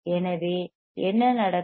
எனவே என்ன நடக்கும்